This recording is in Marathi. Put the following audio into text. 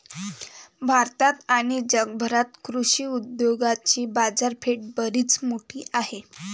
भारतात आणि जगभरात कृषी उद्योगाची बाजारपेठ बरीच मोठी आहे